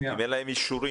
אם אין להם אישורים.